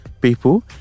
people